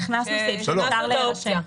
הכנסנו סעיף, השארנו אופציה.